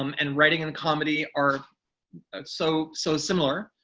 um and writing and comedy are and so so similar.